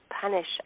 punish